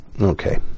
Okay